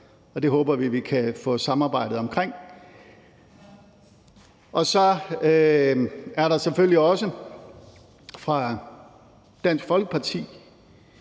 det håber vi at vi kan få samarbejdet om. Så er der selvfølgelig også en tak til